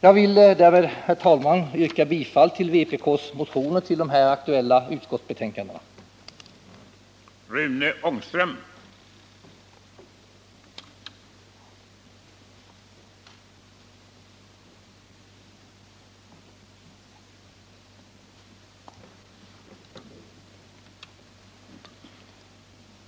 Jag vill alltså yrka bifall till motionerna 211, 288, 1521, 1662 och 2414 samt till motionen 2422 med undantag för yrkandena 2, 9, 18 och 23